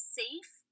safe